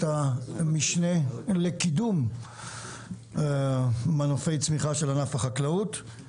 המשנה לקידום מנופי צמיחה של ענף החקלאות.